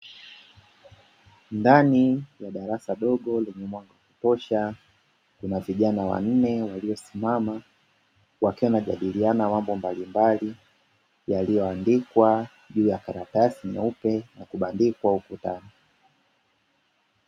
Ndani ya darasa dogo lenye mwanga wa kutosha kuna vijana wanne waliosimama wakiwa wanajadiliana mambo mbalimbali yaliyoandikwa juu ya karatasi nyeupe na kubandikwa ukuta.